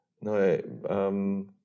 No